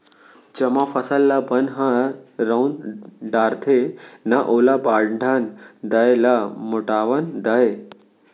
जमो फसल ल बन ह रउंद डारथे, न ओला बाढ़न दय न मोटावन दय